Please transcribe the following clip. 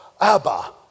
Abba